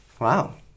Wow